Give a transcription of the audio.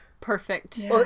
perfect